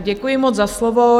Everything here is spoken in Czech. Děkuji moc za slovo.